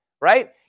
right